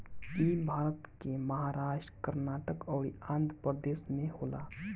इ भारत के महाराष्ट्र, कर्नाटक अउरी आँध्रप्रदेश में होला